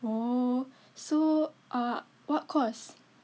oh so uh what course